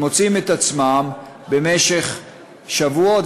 הם מוצאים את עצמם במשך שבועות,